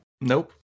Nope